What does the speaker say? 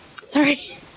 sorry